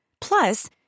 Plus